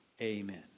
amen